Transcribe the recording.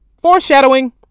Foreshadowing